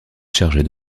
chargée